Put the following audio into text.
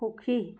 সুখী